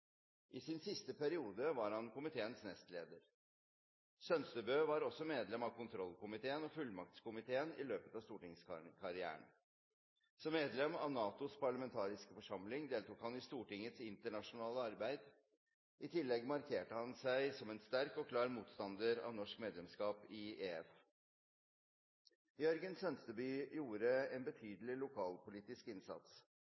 I sin siste periode var han komiteens nestleder. Sønstebø var også medlem av kontrollkomiteen og fullmaktskomiteen i løpet av stortingskarrieren. Som medlem av NATOs parlamentariske forsamling deltok han i Stortingets internasjonale arbeid. I tillegg markerte han seg sterkt som en klar motstander av norsk medlemskap i EF. Jørgen Sønstebø gjorde en